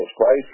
Christ